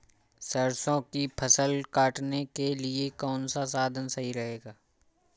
सरसो की फसल काटने के लिए कौन सा साधन सही रहेगा?